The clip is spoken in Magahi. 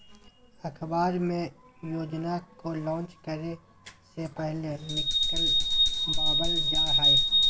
अखबार मे योजना को लान्च करे से पहले निकलवावल जा हय